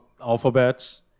alphabets